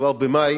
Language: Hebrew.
וכבר במאי